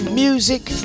music